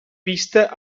pista